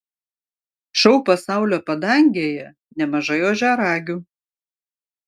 šou pasaulio padangėje nemažai ožiaragių